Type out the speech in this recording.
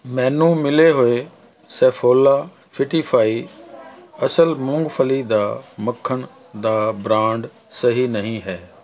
ਮੈਨੂੰ ਮਿਲੇ ਹੋਏ ਸੈਫੋਲਾ ਫਿਟੀਫਾਈ ਅਸਲ ਮੂੰਗਫਲੀ ਦਾ ਮੱਖਣ ਦਾ ਬ੍ਰਾਂਡ ਸਹੀ ਨਹੀਂ ਹੈ